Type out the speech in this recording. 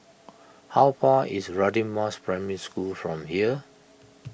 how far away is Radin Mas Primary School from here